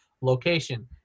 location